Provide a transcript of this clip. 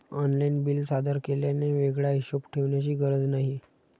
online bill सादर केल्याने वेगळा हिशोब ठेवण्याची गरज नाही